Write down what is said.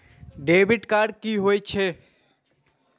Debit card की होय छे?